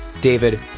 david